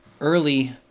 early